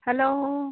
hello